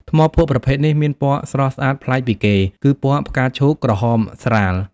ថ្មភក់ប្រភេទនេះមានពណ៌ស្រស់ស្អាតប្លែកពីគេ គឺពណ៌ផ្កាឈូកក្រហមស្រាល។